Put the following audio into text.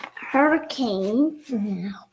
hurricane